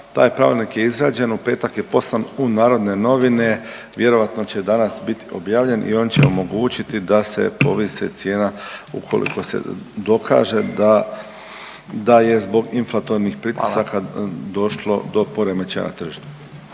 Taj pravilnik je izrađen, u petak je poslan u Narodne novine. Vjerojatno će danas biti objavljen i on će omogućiti da se povisi cijena ukoliko se dokaže da je zbog inflatornih pritisaka došlo do poremećaja na tržištu.